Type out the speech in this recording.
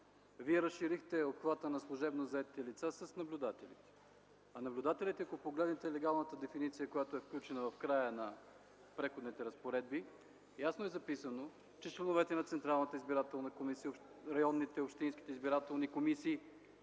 вие разширихте обхвата на служебно заетите лица с наблюдателите. А наблюдателите, ако погледнете в легалната дефиниция, която е включена в края на Преходните разпоредби ясно е записано, че членовете на Централната избирателна комисия,